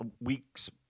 weeks